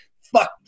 Fuck